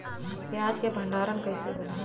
प्याज के भंडारन कइसे होला?